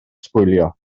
sbwylio